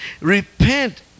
repent